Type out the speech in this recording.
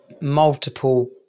multiple